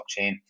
blockchain